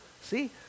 See